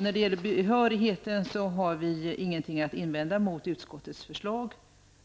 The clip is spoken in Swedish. När det gäller behörigheten har vi inget att invända mot utskottets förslag.